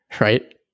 Right